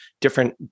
different